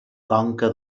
conca